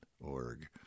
org